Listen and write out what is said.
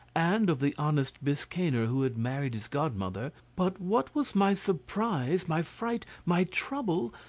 and of the honest biscayner who had married his godmother but what was my surprise, my fright, my trouble,